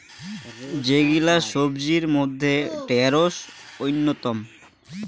যেগিলা সবজির মইধ্যে ঢেড়স অইন্যতম